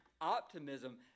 optimism